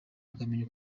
akamenya